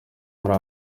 muri